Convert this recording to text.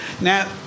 Now